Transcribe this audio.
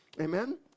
Amen